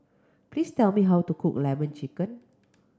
please tell me how to cook Lemon Chicken